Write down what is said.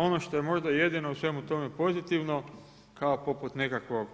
Ono što je možda jedino u svemu tome pozitivno, kako poput nekakve